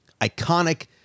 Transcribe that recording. Iconic